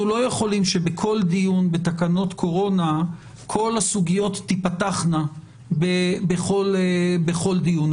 אנחנו לא יכולים שבכל דיון בתקנות קורונה כל הסוגיות תיפתחנה בכל דיון.